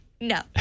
No